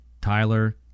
Tyler